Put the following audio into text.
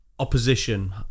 opposition